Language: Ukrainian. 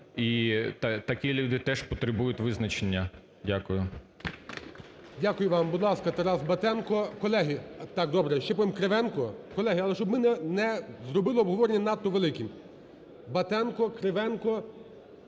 І такі люди теж потребують визначення. Дякую. ГОЛОВУЮЧИЙ. Дякую вам. Будь ласка, Тарас Батенко. Колеги.. Так, добре, ще пан Кривенко. Колеги, але щоб ми не зробили обговорення надто великим. Батенко, Кривенко